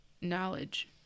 knowledge